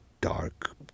dark